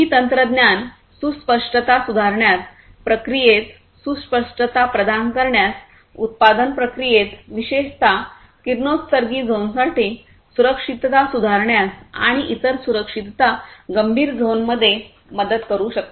ही तंत्रज्ञान सुस्पष्टता सुधारण्यात प्रक्रियेत सुस्पष्टता प्रदान करण्यास उत्पादन प्रक्रियेत विशेषत किरणोत्सर्गी झोनसाठी सुरक्षितता सुधारण्यास आणि इतर सुरक्षितता गंभीर झोनमध्ये मदत करू शकते